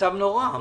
המצב הזה נורא.